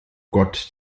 gott